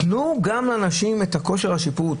תנו גם לאנשים את כושר השיפוט,